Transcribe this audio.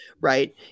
right